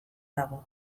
dago